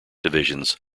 divisions